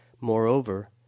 Moreover